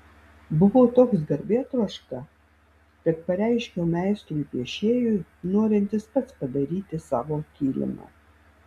buvau toks garbėtroška kad pareiškiau meistrui piešėjui norintis pats padaryti savo kilimą